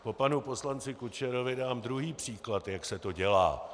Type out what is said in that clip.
Po panu poslanci Kučerovi dám druhý příklad, jak se to dělá.